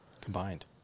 combined